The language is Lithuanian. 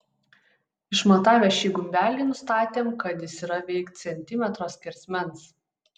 išmatavę šį gumbelį nustatėme kad jis yra veik centimetro skersmens